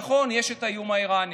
נכון, יש את האיום האיראני,